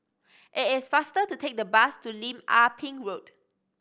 it is faster to take the bus to Lim Ah Pin Road